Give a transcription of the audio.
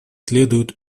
следует